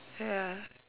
ya